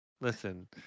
listen